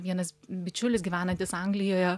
vienas bičiulis gyvenantis anglijoje